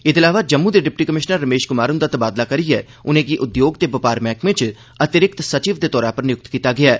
एह्दे अलावा जम्मू दे डिप्टी कमिशनर रमेश कुमार हुंदा तबादला करियै उनें'गी उद्योग ते बपार मैह्कमे च अतिरिक्त सचिव दे तौर पर नियुक्त कीता गेआ ऐ